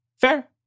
fair